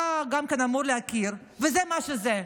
אתה גם אמור להכיר, וזה מה שזה.